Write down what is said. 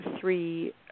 three